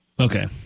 Okay